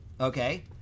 Okay